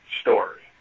story